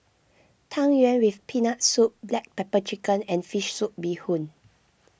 Tang Yuen with Peanut Soup Black Pepper Chicken and Fish Soup Bee Hoon